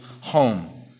home